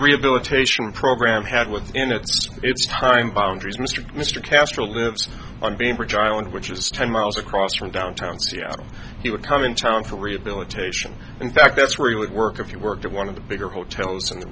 rehabilitation program had what's in it so it's time boundaries mr mr castro lives on being a bridge island which is ten miles across from downtown seattle he would come in town for rehabilitation in fact that's where he would work if you worked at one of the bigger hotels in the